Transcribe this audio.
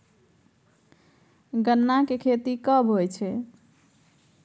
गन्ना की खेती कब होय छै?